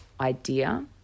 idea